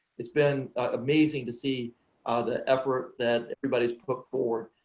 it's been amazing to see the effort that everybody's put forward.